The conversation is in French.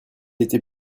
était